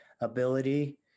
ability